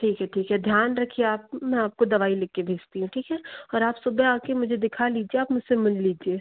ठीक है ठीक है ध्यान रखिए आप मैं आपको दवाई लिख के भेजती हूँ ठीक है और आप सुबह आ कर मुझे दिखा लीजिए आप मुझ से मिल लीजिए